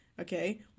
okay